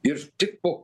ir tik po